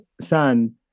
son